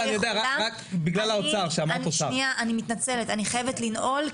אני חייבת לנעול,